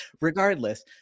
regardless